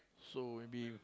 so maybe